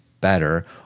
better